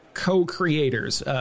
co-creators